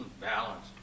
balance